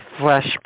fresh